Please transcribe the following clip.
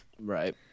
Right